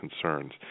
concerns